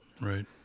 Right